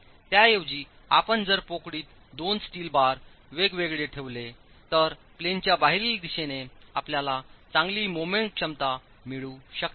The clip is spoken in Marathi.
त्याऐवजी आपण जर पोकळीत दोन स्टील बार वेग वेगळे ठेवले तर प्लेनच्या बाहेरील दिशेने आपल्याला चांगली मोमेंट क्षमता मिळू शकते